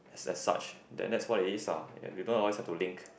as such then that's what it is ah you don't always have to link